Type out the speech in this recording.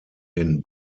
den